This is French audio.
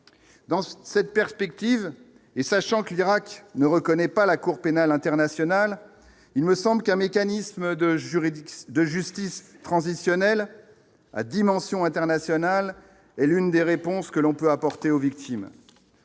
dans ce cette perspective et sachant que l'Irak ne reconnaît pas la Cour pénale internationale, il me semble qu'un mécanisme de juridiction de justice transitionnelle à dimension internationale et l'une des réponses que l'on peut apporter aux victimes